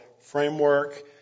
framework